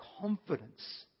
confidence